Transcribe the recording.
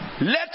let